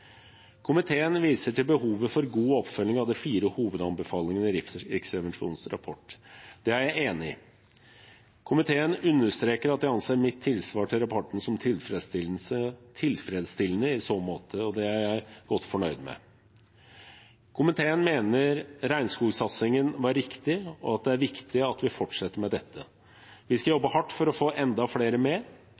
Komiteen viser til behovet for god oppfølging av de fire hovedanbefalingene i Riksrevisjonens rapport. Det er jeg enig i. Komiteen understreker at de anser mitt tilsvar til rapporten som tilfredsstillende i så måte, og det er jeg godt fornøyd med. Komiteen mener regnskogsatsingen var riktig, og at det er viktig at vi fortsetter med dette. Vi skal jobbe hardt for å få enda flere med.